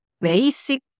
basic